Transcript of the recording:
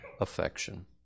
affection